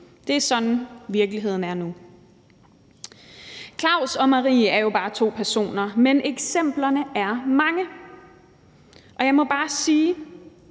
Det er sådan virkeligheden er nu. Claus og Marie er jo bare to personer, men eksemplerne er mange, og jeg må bare sige,